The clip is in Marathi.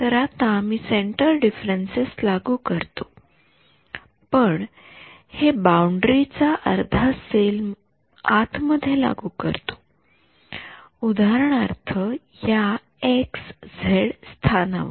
तर आता मी सेन्टर डिफरन्सेस लागू करतो पण हे बाउंडरी च्या अर्धा सेल आत मध्ये लागू करतो उदाहरणार्थ या एक्स झेड स्थानावर